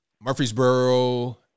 Murfreesboro